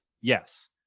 Yes